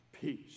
peace